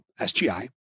SGI